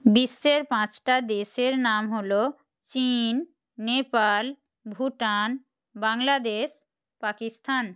বিশ্বের পাঁচটা দেশের নাম হলো চীন নেপাল ভুটান বাংলাদেশ পাকিস্থান